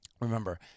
remember